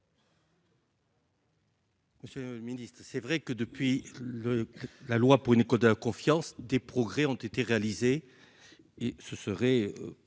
Bresson. Je ministre c'est vrai que depuis le la loi pour une école de la confiance des progrès ont été réalisés et ce serait pas